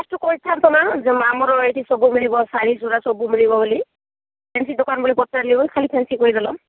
first ରୁ କହିଁଥାନ୍ତ ନା ଯେ ଆମର ଏଇଠି ସବୁ ମିଳିବ ଶାଢ଼ୀ ସୁଢ଼ା ସବୁ ମିଳିବ ବୋଲି ଫ୍ୟାନସି ଦୋକାନ ବୋଲି ପଚାରିଲି ବୋଲି ଖାଲି ଫ୍ୟାନସି କହି ଦେଲ